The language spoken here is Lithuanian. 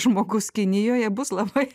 žmogus kinijoje bus labai